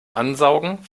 ansaugen